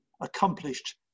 accomplished